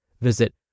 Visit